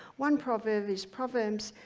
one proverb is proverbs